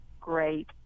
great